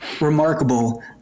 remarkable